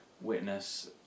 witness